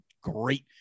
Great